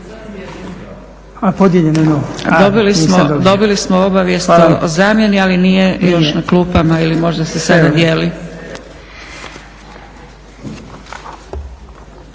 Dobili smo obavijest o zamijeni, ali nije još na klupama ili možda se sada dijeli.